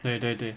对对对